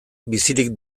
bizirik